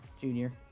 junior